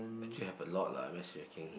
actually have a lot lah matchmaking